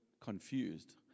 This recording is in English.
confused